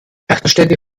partnerstädte